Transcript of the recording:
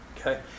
Okay